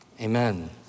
amen